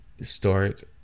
start